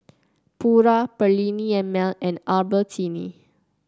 Pura Perllini and Mel and Albertini